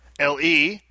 LE